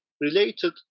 related